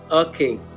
okay